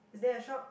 is there a shop